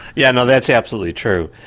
yeah and that's absolutely true.